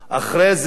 אחרי זה,